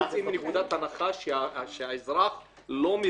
אנחנו יוצאים מנקודת הנחה שהאזרח לא מבין.